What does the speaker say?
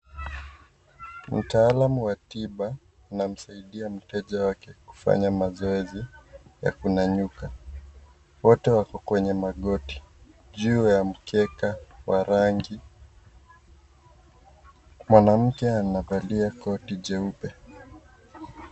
Mtaalamu wa tiba, anamsaidia mteja wake kufanya mazoezi ya kunyanyuka, wote wako kwenye magoti juu ya mkeka wa rangi. Mwanamke anavalia koti jeupe.